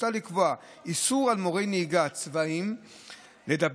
מוצע לקבוע איסור על מורי נהיגה צבאיים לדבר